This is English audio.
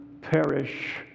perish